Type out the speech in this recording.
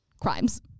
crimes